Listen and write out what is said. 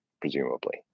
presumably